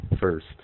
first